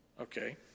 okay